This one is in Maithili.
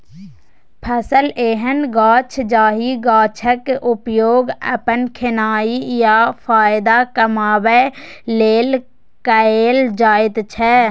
फसल एहन गाछ जाहि गाछक उपयोग अपन खेनाइ या फाएदा कमाबै लेल कएल जाइत छै